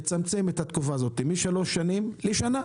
לצמצם את התקופה הזאת משלוש שנים לשנה.